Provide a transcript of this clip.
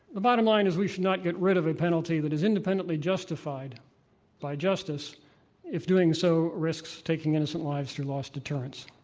the bottom line is we should not get rid of a penalty that is independently justified by justice if doing so risks taking innocent lives through lost deterrents.